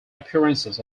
appearances